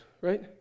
right